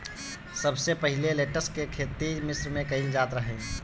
सबसे पहिले लेट्स के खेती मिश्र में कईल जात रहे